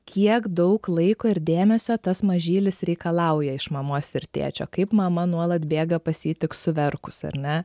kiek daug laiko ir dėmesio tas mažylis reikalauja iš mamos ir tėčio kaip mama nuolat bėga pas jį tik suverkus ar ne